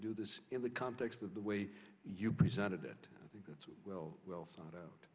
do this in the context of the way you presented it i think that's well thought out